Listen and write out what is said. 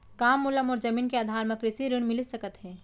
का मोला मोर जमीन के आधार म कृषि ऋण मिलिस सकत हे?